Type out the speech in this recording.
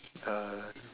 uh